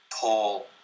Paul